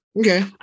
Okay